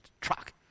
Truck